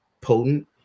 potent